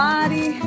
Body